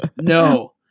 no